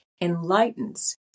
enlightens